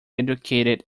educated